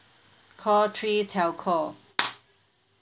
call three telco